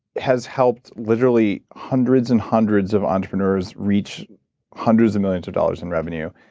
has helped literally hundreds and hundreds of entrepreneurs reach hundreds of millions of dollars in revenue,